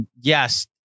Yes